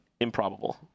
improbable